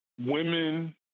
women